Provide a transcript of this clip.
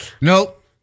Nope